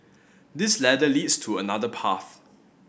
this ladder leads to another path